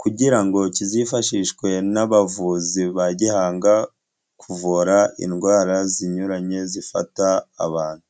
kugira ngo kizifashishwe n'abavuzi ba gihanga kuvura indwara zinyuranye zifata abantu.